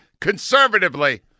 conservatively